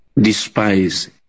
despise